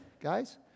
guys